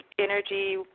energy